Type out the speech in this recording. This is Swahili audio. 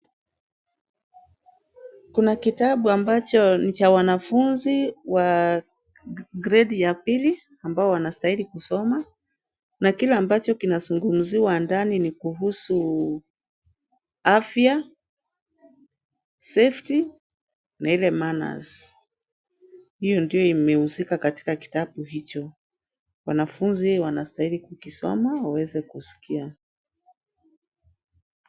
Kuna kitabu ambacho ni cha wanafunzi wa gredi ya pili ambao wanastahili kusoma na kile ambacho kinazungumziwa ndani ni kuhusu afya, safety na ile manners . Hiyo ndio imehusika katika kitabu hicho. Wanafunzi wanastahili kukisoma waweze kusikia.